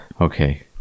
Okay